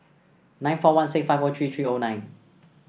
nine four one six five O three three O nine